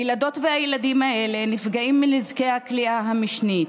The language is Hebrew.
הילדות והילדים האלה נפגעים מנזקי הכליאה המשנית.